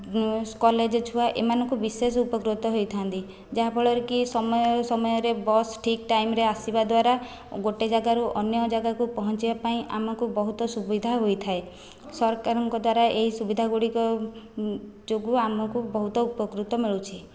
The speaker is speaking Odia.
କଲେଜ ଛୁଆ ଏମାନଙ୍କୁ ବିଶେଷ ଉପକୃତ ହୋଇଥାନ୍ତି ଯାହାଫଳରେ କି ସମୟରେ ସମୟରେ ବସ୍ ଠିକ୍ ଟାଇମ୍ ରେ ଆସିବା ଦ୍ଵାରା ଗୋଟିଏ ଯାଗାରୁ ଅନ୍ୟ ଯାଗାକୁ ପହଁଞ୍ଚିବା ପାଇଁ ଆମକୁ ବହୁତ ସୁବିଧା ହୋଇଥାଏ ସରକାରଙ୍କ ଦ୍ଵାରା ଏହି ସୁବିଧା ଗୁଡ଼ିକ ଯୋଗୁ ଆମକୁ ବହୁତ ଉପକୃତ ମିଳୁଛି